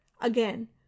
again